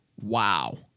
Wow